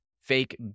fake